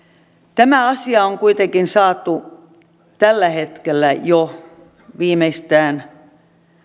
tämä asia on kuitenkin saatu tällä hetkellä jo viimeistään